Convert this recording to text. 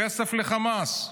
כסף לחמאס,